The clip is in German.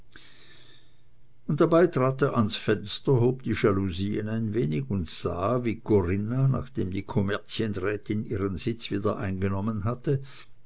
und dabei trat er ans fenster hob die jalousien ein wenig und sah wie corinna nachdem die kommerzienrätin ihren sitz wieder eingenommen hatte